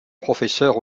professeurs